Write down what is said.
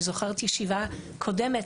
אני זוכרת את הישיבה הקודמת,